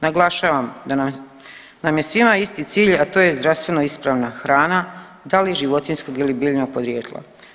Naglašavam da nam je svima isti cilj, a to je zdravstveno ispravna hrana da li životinjskog ili biljnog podrijetla.